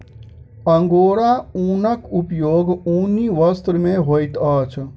angora ऊनक उपयोग ऊनी वस्त्र में होइत अछि